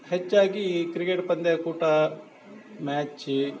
ಹೆಚ್ಚಾಗಿ ಕ್ರಿಕೆಟ್ ಪಂದ್ಯಾಕೂಟ ಮ್ಯಾಚಿ